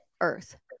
Earth